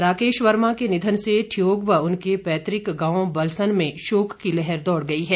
राकेश वर्मा के निधन से ठियोग व उनके पैतृक गांव बलसन में शोक की लहर दौड़ गई है